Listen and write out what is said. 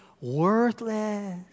worthless